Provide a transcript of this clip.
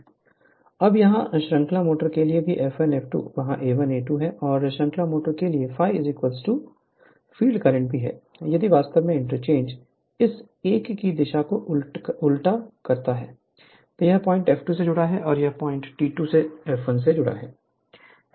Refer Slide Time 1443 अब यहाँ श्रृंखला मोटर के लिए भी F1 F2 वहाँ A1 A2 है और श्रृंखला मोटर के लिए ∅ फ़ील्ड करंट भी है यदि वास्तव में इंटरचेंज इस एक की दिशा को उल्टा करता है तो यह पॉइंट F2 से जुड़ा है और यह पॉइंट T2 F1 से जुड़ा है